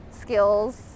skills